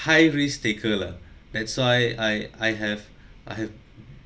high risk taker lah that's why I I have I have